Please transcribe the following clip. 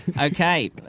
Okay